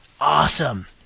awesome